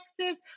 Texas